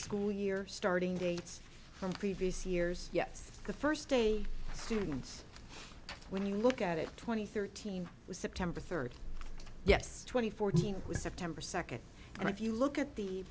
school year starting dates from previous years yes the first day students when you look at it twenty thirteen was september third yes twenty four was september second and if you look at the